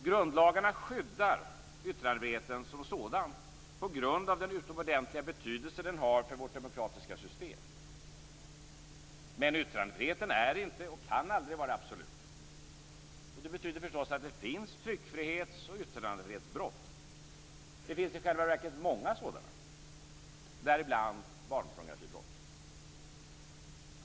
Grundlagarna "skyddar" yttrandefriheten som sådan på grund av den utomordentliga betydelse den har för vårt demokratiska system. Men yttrandefriheten är inte och kan aldrig vara absolut. Det betyder att det finns tryckfrihets och yttrandefrihetsbrott. Det finns i själva verket många sådana, däribland barnpornografibrottet.